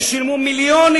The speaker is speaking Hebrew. ששילמו מיליונים,